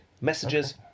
Messages